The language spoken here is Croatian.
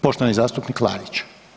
Poštovani zastupnik Klarić.